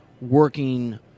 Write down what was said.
working